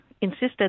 insisted